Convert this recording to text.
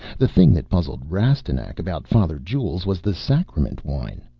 the thing that puzzled rastignac about father jules was the sacrament wine.